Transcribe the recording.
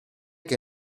che